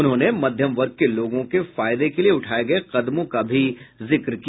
उन्होंने मध्यम वर्ग के लोगों के फायदे के लिए उठाए गये कदमों का भी जिक्र किया